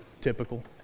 Typical